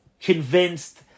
convinced